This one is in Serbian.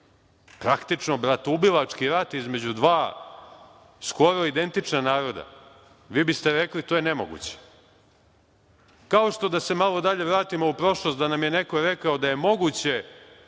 praktično bratoubilački rat između dva skoro identična naroda, vi biste rekli da je to nemoguće. Kao što, da se malo dalje vratimo u prošlost, da nam je neko rekao da je moguće